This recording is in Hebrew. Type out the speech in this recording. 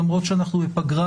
למרות שאנחנו בפגרה,